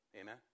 Amen